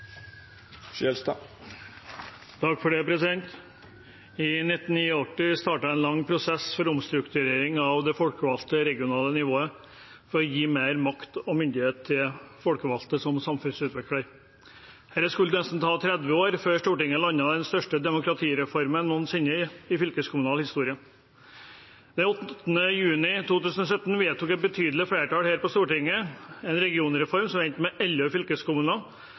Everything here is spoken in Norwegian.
I 1989 startet en lang prosess for omstrukturering av det folkevalgte regionale nivået for å gi mer makt og myndighet til folkevalgte som samfunnsutviklere. Det skulle ta nesten 30 år før Stortinget landet den største demokratireformen noensinne i fylkeskommunal historie. Den 8. juni 2017 vedtok et betydelig flertall her på Stortinget en regionreform som endte med elleve fylkeskommuner,